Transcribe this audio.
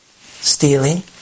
stealing